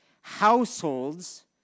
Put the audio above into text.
households